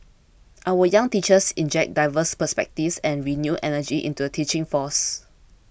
our young teachers inject diverse perspectives and renewed energy into the teaching force